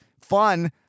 fun